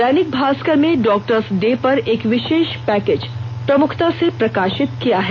दैनिक भास्कर में doctors day पर एक विषष पैकेज प्रमुखता से प्रकाषित किया है